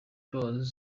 for